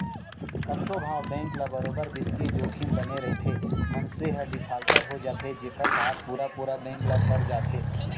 कतको घांव बेंक ल बरोबर बित्तीय जोखिम बने रइथे, मनसे ह डिफाल्टर हो जाथे जेखर भार पुरा पुरा बेंक ल पड़ जाथे